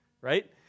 right